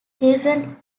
children